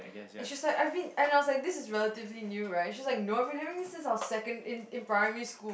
and she's like I mean and I was like this is relatively new right and she's like no I have been doing this since I was second in in primary school